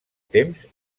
temps